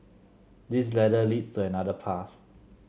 this ladder leads to another path